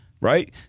right